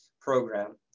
program